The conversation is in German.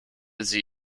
sie